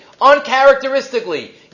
uncharacteristically